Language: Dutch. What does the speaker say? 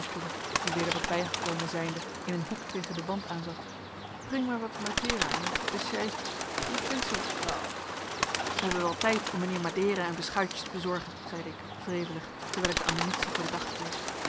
die weder wat bijgekomen zijnde in een hoek tegen den wand aanzat pring mij wat matera en een pescheitje ich pin zoo vlauw wij hebben wel tijd om mijnheer madera en beschuitjes te bezorgen zeide ik wrevelig terwijl ik de ammunitie voor den dag kreeg